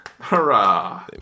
Hurrah